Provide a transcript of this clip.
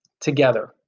together